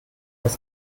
das